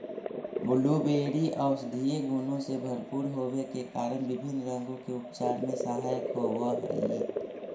blueberry औषधीय गुणों से भरपूर होवे के कारण विभिन्न रोगों के उपचार में सहायक होव हई